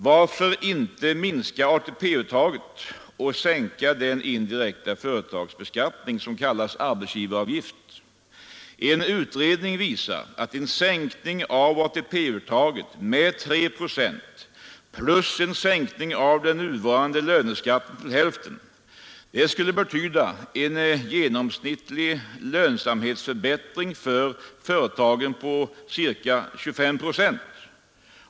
Varför inte minska ATP-uttaget och sänka den indirekta företagsbeskattning som kallas arbetsgivaravgift? En utredning visar att en sänkning av ATP-uttaget med tre procent plus en sänkning av den nuvarande löneskatten till hälften skulle betyda en genomsnittlig lönsamhetsförbättring för företagen på ca 25 procent.